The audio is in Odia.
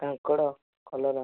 କାଙ୍କଡ଼ କଲରା